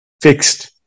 fixed